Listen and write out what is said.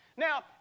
Now